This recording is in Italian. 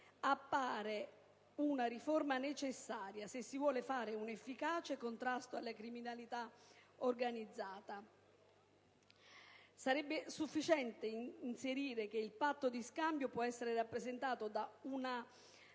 appare una riforma necessaria se si vuole operare un efficace contrasto alla criminalità organizzata. Sarebbe sufficiente prevedere che il patto di scambio può essere rappresentato da un'altra